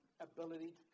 ability